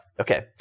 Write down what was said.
okay